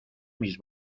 mis